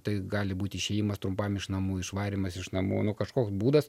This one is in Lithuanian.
tai gali būt išėjimas trumpam iš namų išvarymas iš namų nu kažkoks būdas